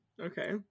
okay